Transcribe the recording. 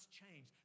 change